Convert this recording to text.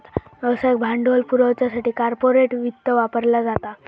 व्यवसायाक भांडवल पुरवच्यासाठी कॉर्पोरेट वित्त वापरला जाता